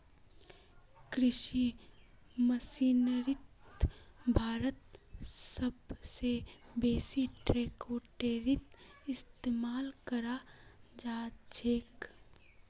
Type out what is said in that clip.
कृषि मशीनरीत भारतत सब स बेसी ट्रेक्टरेर इस्तेमाल कराल जाछेक